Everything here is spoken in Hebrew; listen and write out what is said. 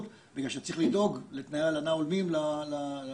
בגלל שצריך לדאוג לתנאי הלנה הולמים לעובדים.